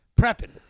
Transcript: Prepping